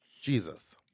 Jesus